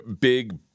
big